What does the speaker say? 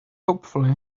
hopefully